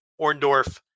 Orndorf